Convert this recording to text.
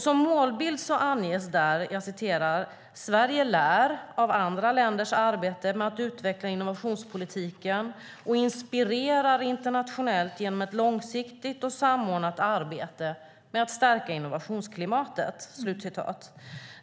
Som målbild anges där: "Sverige lär av andra länders arbete med att utveckla innovationspolitiken och inspirerar internationellt genom ett långsiktigt och samordnat arbete med att stärka innovationsklimatet."